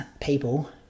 people